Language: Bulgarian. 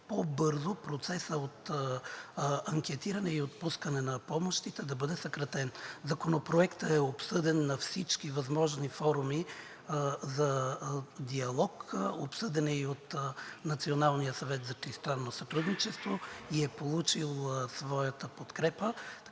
по-бързо, като процесът от анкетиране до отпускане на помощите да бъде съкратен. Законопроектът е обсъден на всички възможни форуми за диалог. Обсъден е и от Националния съвет за тристранно сътрудничество и е получил своята подкрепа.